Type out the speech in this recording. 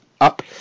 up